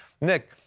Nick